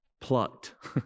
plucked